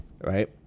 right